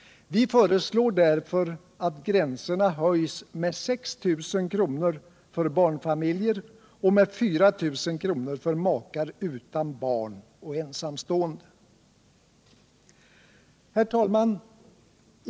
Vi föreslår därför att gränserna höjs med 6 000 kr. för barnfamiljer och med 4 000 kr. för makar utan barn och ensamstående. Herr talman!